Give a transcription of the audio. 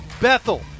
Bethel